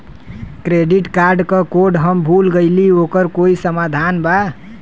Credit card क code हम भूल गइली ओकर कोई समाधान बा?